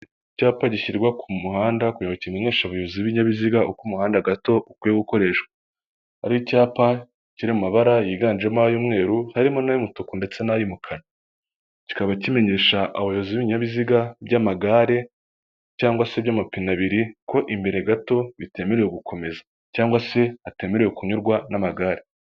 Icyapa gishyirwa ku muhanda kugira kimenyeshe abayobozi b'ibinyabiziga uko umuhanda gato ukwiye gukoreshwa ari icyapa kiri mu mabara yiganjemo ay'umweruru harimo n'umutuku ndetse n'ay'umukara kikaba kimenyesha abayobozi b'ibinyabiziga by'amagare cyangwa se iby'amapine abiri ko imbere gato bitemerewe gukomeza cyangwa se ahtemerewe kunyurwa n'amagare.